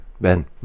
Ben